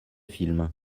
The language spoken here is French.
film